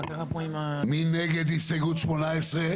מי נגד הסתייגות 18?